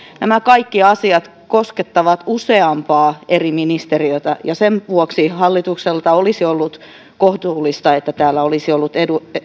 nämä kaikki asiat koskettavat useampaa eri ministeriötä ja sen vuoksi hallitukselta olisi ollut kohtuullista että täällä olisi ollut